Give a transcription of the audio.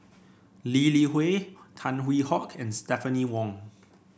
Lee Li Hui Tan Hwee Hock and Stephanie Wong